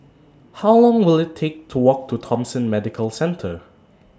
How Long Will IT Take to Walk to Thomson Medical Centre